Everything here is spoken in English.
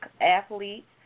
athletes